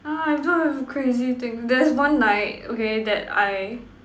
!huh! I don't have crazy things there's one night okay that I